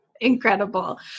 Incredible